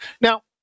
Now